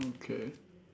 okay